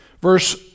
Verse